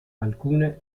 alcune